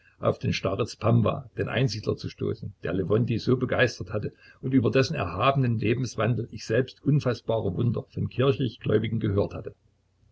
auf den starez pamwa den einsiedler zu stoßen der lewontij so begeistert hatte und über dessen erhabenen lebenswandel ich selbst unfaßbare wunder von kirchlich gläubigen gehört hatte